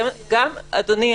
אדוני,